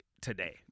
today